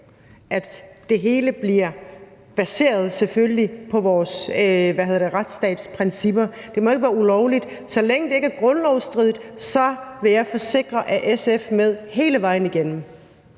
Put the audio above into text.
selvfølgelig bliver baseret på vores retsstatsprincipper. Det må ikke være ulovligt. Så længe det ikke er grundlovsstridigt, kan jeg forsikre om, at SF er med hele vejen igennem.